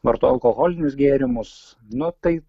vartoja alkoholinius gėrimus nu tai